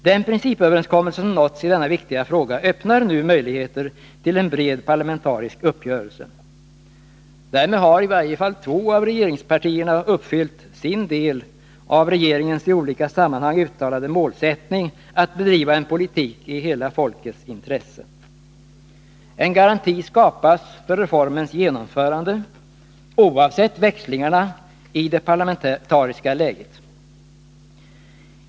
Den principöverenskommelse som nåtts i denna viktiga fråga öppnar nu möjligheter till en bred parlamentarisk uppgörelse. Därmed har i varje fall två av regeringspartierna uppfyllt sin del av regeringens i olika sammanhang uttalade målsättning att bedriva en politik i hela folkets intresse. En garanti skapas för reformens genomförande oavsett växlingarna i det parlamentariska läget.